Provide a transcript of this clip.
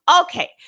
Okay